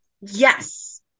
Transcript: Yes